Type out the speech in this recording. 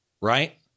Right